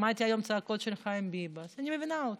שמעתי היום צעקות של חיים ביבס, אני מבינה אותו.